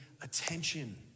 attention